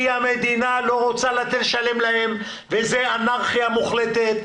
כי המדינה לא רוצה לשלם להם, וזה אנרכיה מוחלטת.